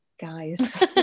guys